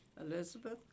Elizabeth